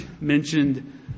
mentioned